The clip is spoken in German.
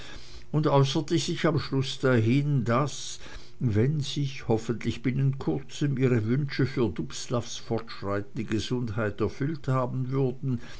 und äußerte sich am schlusse dahin daß wenn sich hoffentlich binnen kurzem ihre wünsche für dubslavs fortschreitende gesundheit erfüllt haben würden